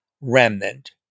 remnant